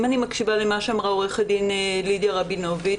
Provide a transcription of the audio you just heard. אם אני מקשיבה למה שאמרה עורכת הדין לידיה רבינוביץ,